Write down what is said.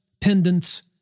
pendants